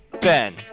Ben